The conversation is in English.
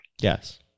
Yes